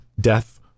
death